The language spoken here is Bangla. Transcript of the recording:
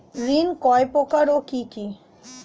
ঋণ কয় প্রকার ও কি কি?